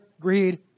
greed